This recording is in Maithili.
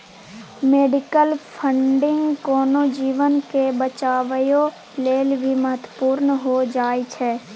मेडिकल फंडिंग कोनो जीवन के बचाबइयो लेल भी महत्वपूर्ण हो जाइ छइ